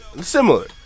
similar